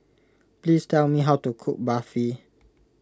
please tell me how to cook Barfi